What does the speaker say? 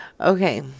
Okay